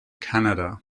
canada